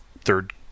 third